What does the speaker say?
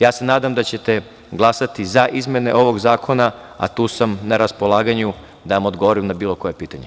Ja se nadam da ćete glasati za izmene ovog zakona, a na raspolaganju sam da vam odgovorim na bilo koje pitanje.